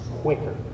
quicker